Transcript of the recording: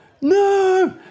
no